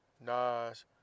Nas